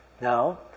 Now